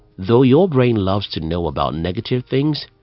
though your brain loves to know about negative things,